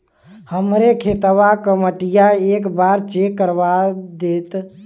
हमरे खेतवा क मटीया एक बार चेक करवा देत?